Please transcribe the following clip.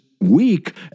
weak